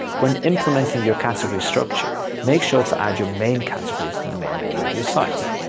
when implementing your category structure, make sure to add your main categories to the main menu of your site.